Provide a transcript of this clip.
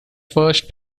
first